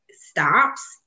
stops